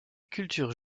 culture